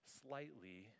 slightly